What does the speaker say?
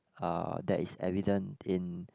uh that is evident in